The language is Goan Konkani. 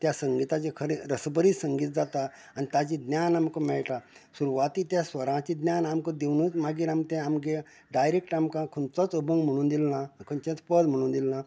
त्या संगीताचे खरें रस भरीत संगीत जाता आनी ताजे न्यान आमकां मेळटा सुरवातीक त्या स्वराचे ज्ञान आमकां दिवनूच मागीर आमी ते आमगेर डायरेक्ट आमकां खंयचोच अभंग म्हणूंक दिल ना खंयेच पद म्हणूंक दिल ना